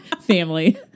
family